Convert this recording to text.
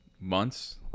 months